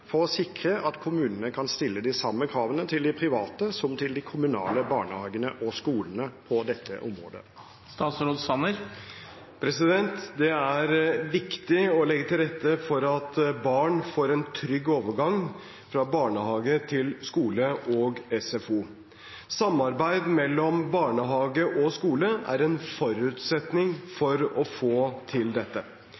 for å sikre at kommunene kan stille de samme kravene til de private som til de kommunale barnehagene og skolene på dette området?» Det er viktig å legge til rette for at barn får en trygg overgang fra barnehage til skole og SFO. Samarbeid mellom barnehage og skole er en forutsetning